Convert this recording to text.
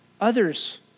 others